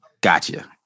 Gotcha